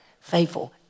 Faithful